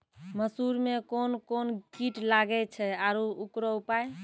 मसूर मे कोन कोन कीट लागेय छैय आरु उकरो उपाय?